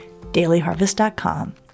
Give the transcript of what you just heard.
dailyharvest.com